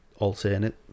alternate